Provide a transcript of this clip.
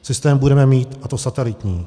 Systém budeme mít, a to satelitní.